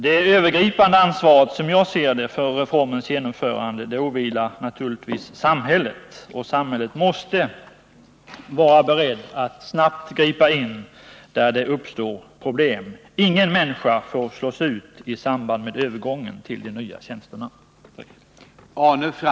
Som jag ser det åvilar det övergripande ansvaret för reformens genomförande naturligtvis samhället, och man måste från det hållet vara beredd att snabbt gripa in där det uppstår problem. Ingen människa får slås ut i samband med övergången till de nya tjänsterna.